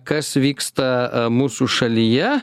kas vyksta mūsų šalyje